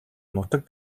нутаг